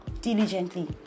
diligently